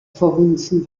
verhunzen